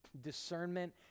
discernment